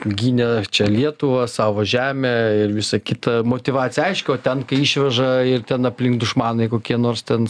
gynė čia lietuvą savo žemę ir visa kita motyvacija aiški o ten kai išveža ir ten aplink dušmanai kokie nors ten